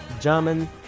German